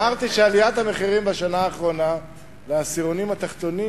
אמרתי שעליית המחירים בשנה האחרונה לעשירונים התחתונים